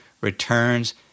returns